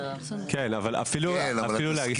אבל זה בעקבות ממצאי התסקיר?